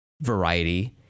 variety